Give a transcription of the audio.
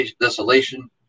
desolation